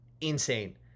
insane